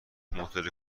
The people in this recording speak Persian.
موتور